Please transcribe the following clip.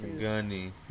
Gunny